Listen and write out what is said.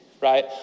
Right